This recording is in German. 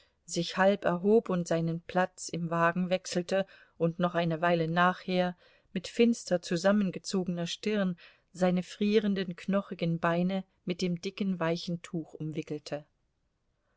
sich halb erhob und seinen platz im wagen wechselte und noch eine weile nachher mit finster zusammengezogener stirn seine frierenden knochigen beine mit dem dicken weichen tuch umwickelte